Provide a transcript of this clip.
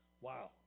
Wow